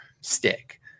stick